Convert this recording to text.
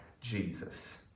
Jesus